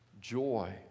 joy